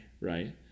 right